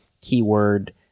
keyword